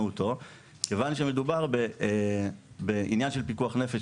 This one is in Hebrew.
אותו מכיוון שמדובר בעניין של פיקוח נפש.